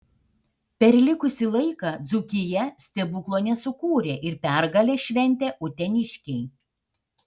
per likusį laiką dzūkija stebuklo nesukūrė ir pergalę šventė uteniškiai